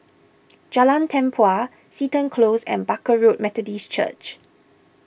Jalan Tempua Seton Close and Barker Road Methodist Church